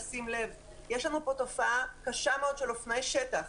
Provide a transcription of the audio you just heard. יש לנו פה תופעה קשה מאוד של אופנועי שטח,